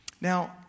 Now